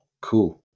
Cool